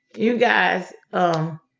you guys um